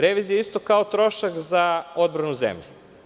Revizija je isto kao trošak za odbranu zemlje.